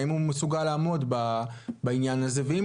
האם הוא מסוגל לעמוד בעניין הזה ואם